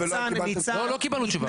ולא קיבלתם תשובה?